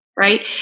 right